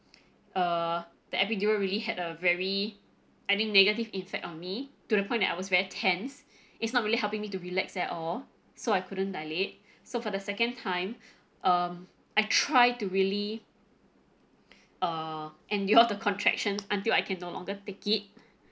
uh the epidural really had a very I mean negative effect on me to the point that I was very tense it's not really helping me to relax at all so I couldn't dilate so for the second time um I try to really err endure the contractions until I can no longer take it